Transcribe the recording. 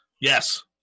Yes